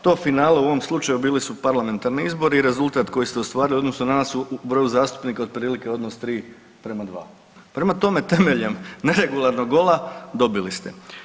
To finale u ovom slučaju bili su parlamentarni izbori i rezultat koji ste ostvarili u odnosu na nas u broju zastupnika otprilike odnos 3 prema 2. Prema tome, temeljem neregularnog gola dobili ste.